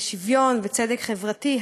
לשוויון וצדק חברתי,